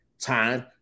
time